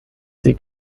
sie